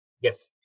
Yes